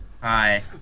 Hi